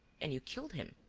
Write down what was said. and you killed him.